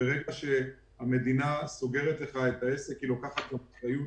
שלפיה ברגע שהמדינה סוגרת לך את העסק היא לוקחת על זה אחריות.